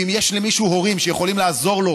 ואם יש למישהו הורים שיכולים לעזור לו